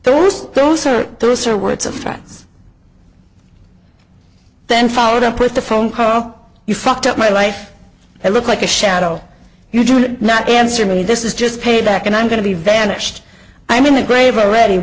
those those are those are words of friends then followed up with the phone call you fucked up my life i look like a shadow you do not answer me this is just payback and i'm going to be vanished i mean the grave already